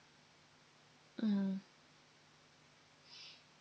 mm